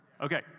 Okay